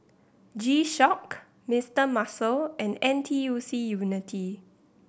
G Shock Mister Muscle and N T U C Unity